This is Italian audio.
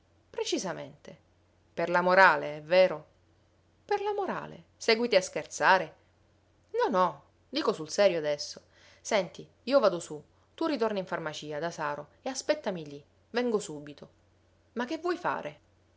precisamente per la morale è vero per la morale seguiti a scherzare no no dico sul serio adesso senti io vado su tu ritorna in farmacia da saro e aspettami lì vengo subito ma che vuoi fare